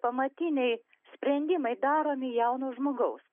pamatiniai sprendimai daromi jauno žmogaus